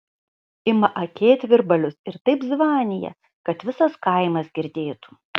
ima akėtvirbalius ir taip zvanija kad visas kaimas girdėtų